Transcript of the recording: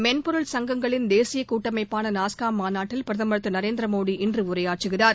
மென்பொருள் சங்கங்களின் தேசிய கூட்டமைப்பான நாஸ்காம் மாநாட்டில் பிரதம் திரு நரேந்திர மோடி இன்று உரையாற்றுகிறார்